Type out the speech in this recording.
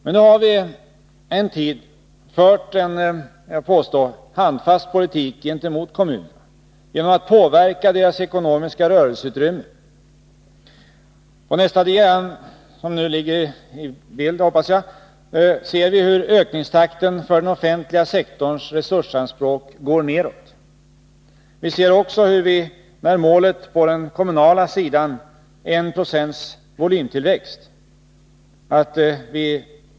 Men nu har vi en tid fört en vill jag påstå handfast politik gentemot kommunerna genom att påverka deras ekonomiska rörelseutrymme. På nästa diagram ser vi hur ökningstakten för den offentliga sektorns resursanspråk går nedåt. Vi ser också hur vi når målet på den kommunala sidan — en procents volymtillväxt.